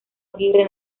aguirre